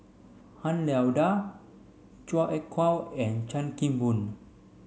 Han Lao Da Chua Ek Kay and Chan Kim Boon